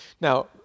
Now